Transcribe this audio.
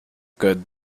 good